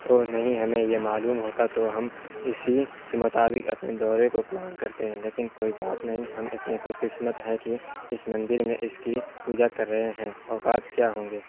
اوہ نہیں ہمیں یہ معلوم ہوتا تو ہم اسی کہ مطابق اپنے دورے کو پلان کرتے لیکن کوئی بات نہیں ہم اتنے خوش قسمت ہیں کی اس مندر میں اس کی پوجا کر رہے ہیں اوقات کیا ہوں گے